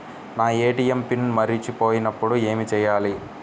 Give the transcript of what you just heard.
నా ATM pin మరచిపోయినప్పుడు ఏమి చేయాలి?